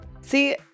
See